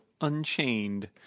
Unchained